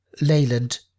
Leyland